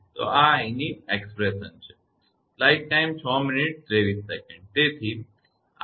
તો આ i ની અભિવ્યક્તિ છે